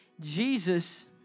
Jesus